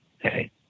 hey